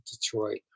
Detroit